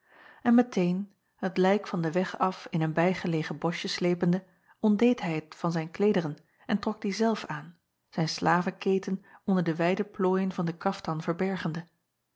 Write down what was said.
en meteen het lijk van den weg af in een bijgelegen boschje sleepende ontdeed hij het van zijn kleederen en trok die zelf aan zijn slavenketen onder de wijde plooien van den kaftan verbergende